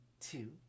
two